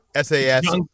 SAS